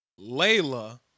Layla